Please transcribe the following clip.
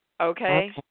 Okay